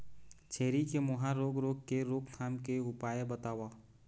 छेरी के मुहा रोग रोग के रोकथाम के उपाय बताव?